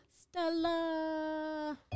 Stella